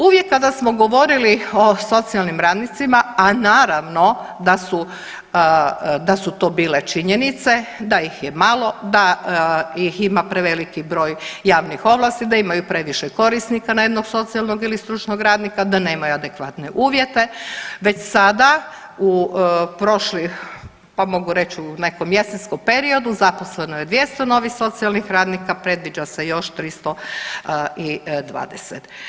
Uvijek kada smo govorili o socijalnim radnicima, a naravno da su, da su to bile činjenice da ih je malo, da ih ima preveliki broj javnih ovlasti, da imaju previše korisnika na jednog socijalnog ili stručnog radnika, da nemaju adekvatne uvjete, već sada u prošlom, pa mogu reć u nekom jesenskom periodu zaposleno je 200 novih socijalnih radnika, predviđa se još 320.